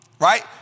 Right